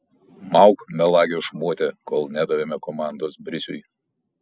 mauk melagio šmote kol nedavėme komandos brisiui